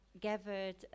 gathered